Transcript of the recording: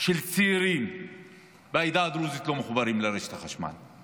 של צעירים בעדה הדרוזית לא מחוברים לרשת החשמל.